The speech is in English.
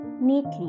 neatly